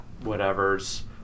whatever's